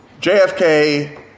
JFK